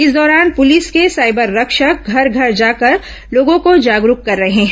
इस दौरान पुलिस के साइबर रक्षक घर घर जाकर लोगों को जागरूक कर रहे हैं